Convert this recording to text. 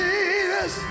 Jesus